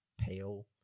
pale